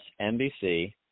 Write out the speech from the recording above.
NBC